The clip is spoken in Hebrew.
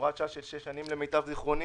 הוראת שעה של שש שנים, למיטב זכרוני